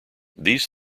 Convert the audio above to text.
these